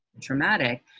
traumatic